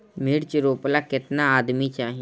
मिर्च रोपेला केतना आदमी चाही?